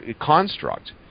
construct